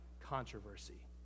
controversy